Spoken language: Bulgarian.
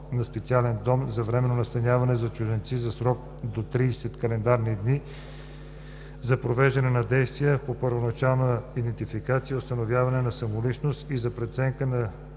на специален дом за временно настаняване на чужденци за срок до 30 календарни дни за провеждане на действия по първоначална идентификация и установяване на самоличност и за преценка на